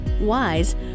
wise